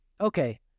okay